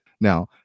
Now